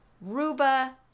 Ruba